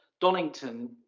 donington